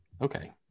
Okay